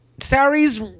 Sari's